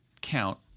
count